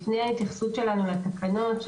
לפני ההתייחסות שלנו לתקנות עצמן,